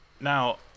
Now